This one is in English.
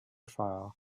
file